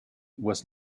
was